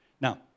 Now